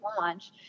launch